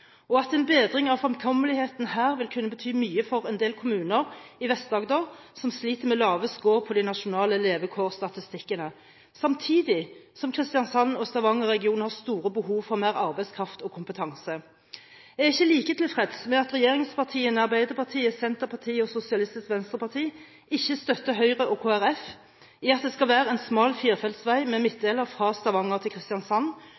og at en bedring av fremkommeligheten her vil kunne bety mye for en del kommuner i Vest-Agder som sliter med lave score på de nasjonale levekårsstatistikkene, samtidig som Kristiansand- og Stavanger-regionen har store behov for mer arbeidskraft og kompetanse. Jeg er ikke like tilfreds med at regjeringspartiene, Arbeiderpartiet, Senterpartiet og Sosialistisk Venstreparti, ikke støtter Høyre og Kristelig Folkeparti i at det skal være en smal firefelts vei med midtdeler fra Stavanger til Kristiansand,